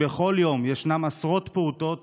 כי בכל יום ישנם עשרות פעוטות